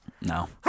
No